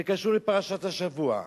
זה קשור לפרשת השבוע.